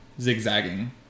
zigzagging